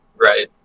Right